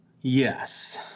Yes